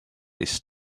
this